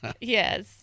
Yes